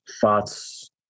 thoughts